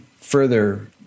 further